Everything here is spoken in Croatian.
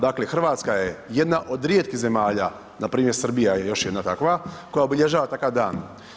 Dakle, Hrvatska je jedna od rijetkih zemalja npr. Srbija je još jedna takva, koja obilježava takav dan.